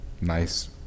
nice